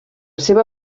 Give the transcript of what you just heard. seva